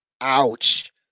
Ouch